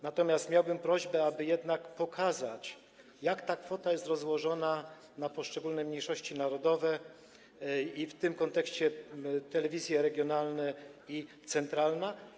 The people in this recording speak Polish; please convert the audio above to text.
Natomiast miałbym prośbę, aby jednak pokazać, jak ta kwota jest rozłożona na poszczególne mniejszości narodowe i w tym kontekście telewizje regionalne i centralną.